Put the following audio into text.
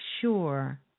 sure